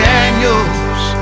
Daniels